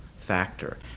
factor